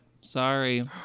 Sorry